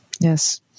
Yes